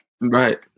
Right